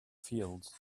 fields